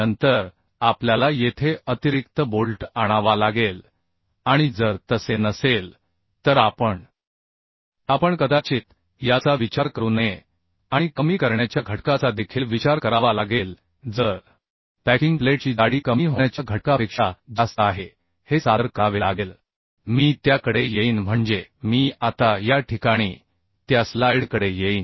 नंतर आपल्याला येथे अतिरिक्त बोल्ट आणावा लागेल आणि जर तसे नसेल तर आपण आपण कदाचित याचा विचार करू नये आणि कमी करण्याच्या घटकाचा देखील विचार करावा लागेल जर पॅकिंग प्लेटची जाडी कमी होण्याच्या घटकापेक्षा जास्त आहे हे सादर करावे लागेल मी त्याकडे येईन म्हणजे मी आता या ठिकाणी त्या स्लाइडकडे येईन